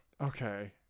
Okay